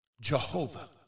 Jehovah